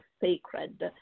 sacred